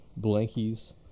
blankies